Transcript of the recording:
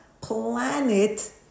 planet